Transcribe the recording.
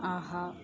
ஆஹா